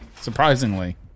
surprisingly